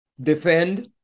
defend